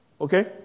okay